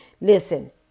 listen